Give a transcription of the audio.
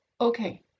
okay